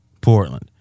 Portland